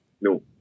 No